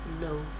No